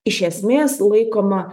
iš esmės laikoma